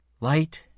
light